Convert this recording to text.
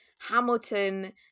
Hamilton